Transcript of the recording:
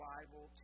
Bible